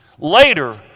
Later